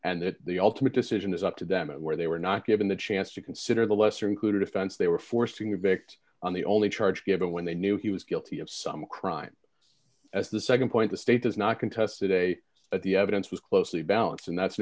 and that the ultimate decision is up to them where they were not given the chance to consider the lesser included offense they were forcing the victim on the only charge given when they knew he was guilty of some crime as the nd point the state does not contested a at the evidence was closely balanced and that's an